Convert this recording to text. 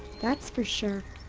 that's for sure.